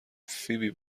فیبی